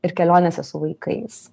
ir kelionėse su vaikais